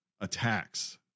attacks